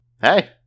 Hey